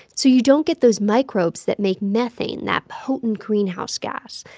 so you don't get those microbes that make methane that potent greenhouse gas.